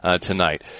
tonight